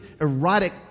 erotic